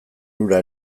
hura